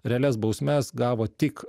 realias bausmes gavo tik